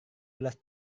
belas